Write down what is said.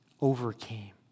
overcame